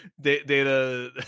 Data